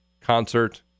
concert